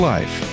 Life